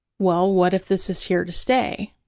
well, what if this is here to stay?